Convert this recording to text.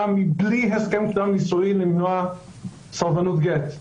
מבלי הסכם קדם נישואין כדי למנוע סרבנות גט,